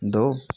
दो